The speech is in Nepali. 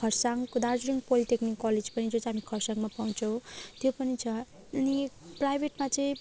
खर्साङको दार्जिलिङ पोलिटेक्निक कलेज पनि जो चाहिँ हामी खर्साङमा पाउँछौँ त्यो पनि छ अनि प्राइभेटमा चाहिँ